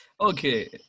okay